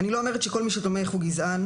אני לא אומרת שכל מי שתומך הוא גזען,